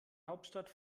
hauptstadt